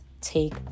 take